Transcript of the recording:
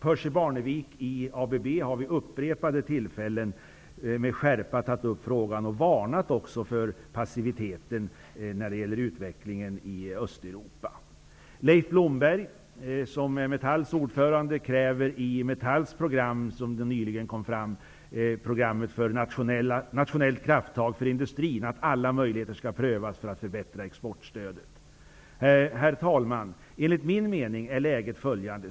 Percy Barnevik i ABB har vid flera tillfällen med skärpa varnat för passiviteten när det gäller utvecklingen i Metalls program, Programmet för nationellt krafttag för industrin, att alla möjligheter skall prövas för att förbättra exportstödet. Herr talman! Enligt min mening är läget följande.